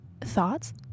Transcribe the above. thoughts